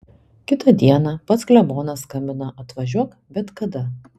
kitą dieną pats klebonas skambina atvažiuok bet kada